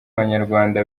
abanyarwanda